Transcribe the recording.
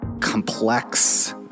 complex